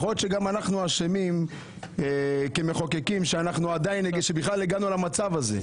יכול שגם אנחנו אשמים כמחוקקים שבכלל הגענו למצב הזה,